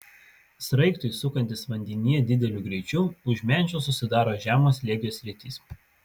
sraigtui sukantis vandenyje dideliu greičiu už menčių susidaro žemo slėgio sritys